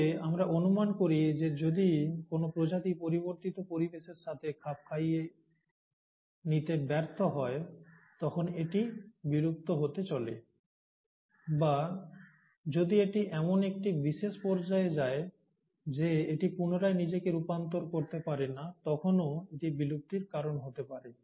তবে আমরা অনুমান করি যে যদি কোনও প্রজাতি পরিবর্তিত পরিবেশের সাথে নিজেকে খাপ খাইয়ে নিতে ব্যর্থ হয় তখন এটি বিলুপ্ত হতে চলে বা যদি এটি এমন একটি বিশেষ পর্যায়ে যায় যে এটি পুনরায় নিজেকে রূপান্তর করতে পারে না তখনও এটি বিলুপ্তির কারণ হতে পারে